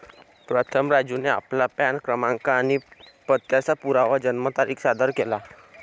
प्रथम राजूने आपला पॅन क्रमांक आणि पत्त्याचा पुरावा जन्मतारीख सादर केला